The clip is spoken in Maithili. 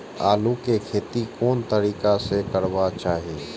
आलु के खेती कोन तरीका से करबाक चाही?